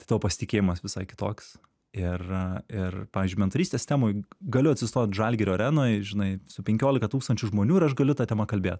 tai tavo pasitikėjimas visai kitoks ir ir pavyzdžiui mentorystės temoj galiu atsistot žalgirio arenoj žinai su penkioloka tūkstančių žmonių ir aš galiu ta tema kalbėt